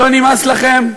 לא נמאס לכם?